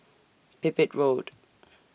Pipit Road